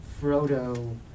Frodo